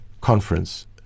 conference